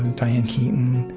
ah diane keaton.